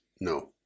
No